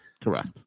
correct